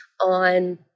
on